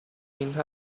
him